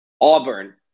Auburn